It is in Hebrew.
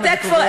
גברתי,